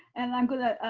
and i'm gonna,